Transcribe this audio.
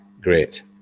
great